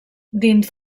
dins